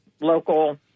local